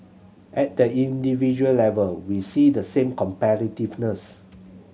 at the individual level we see the same competitiveness